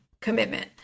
commitment